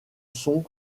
sont